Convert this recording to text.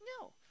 no